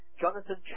Jonathan